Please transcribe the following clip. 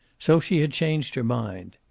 so she had changed her mind.